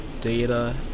data